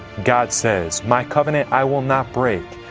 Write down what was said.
god says, my covenant i will not break.